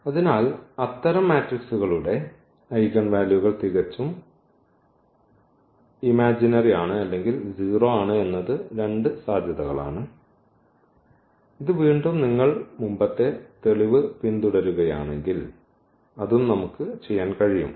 അതിനാൽ അത്തരം മെട്രിക്സുകളുടെ ഐഗൻ വാല്യൂകൾ തികച്ചും ഇമാജിനറി ആണ് അല്ലെങ്കിൽ 0 ആണ് എന്നത് രണ്ട് സാധ്യതകളാണ് ഇത് വീണ്ടും നിങ്ങൾ മുമ്പത്തെ തെളിവ് പിന്തുടരുകയാണെങ്കിൽ അതും നമുക്ക് ചെയ്യാൻ കഴിയും